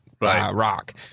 rock